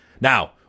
Now